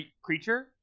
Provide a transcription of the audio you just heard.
creature